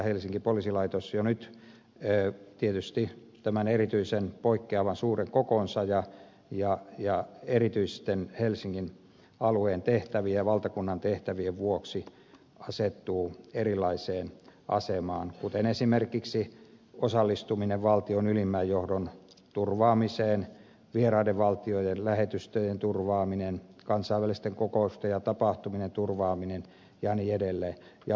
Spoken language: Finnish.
helsingin poliisilaitos jo nyt tietysti tämän erityisen poikkeavan suuren kokonsa ja erityisten helsingin alueen tehtävien ja valtakunnan tehtävien vuoksi asettuu erilaiseen asemaan ja tehtäviä ovat esimerkiksi osallistuminen valtion ylimmän johdon turvaamiseen vieraiden valtioiden lähetystöjen turvaaminen kansainvälisten kokousten ja tapahtumien turvaaminen ja niin edelleen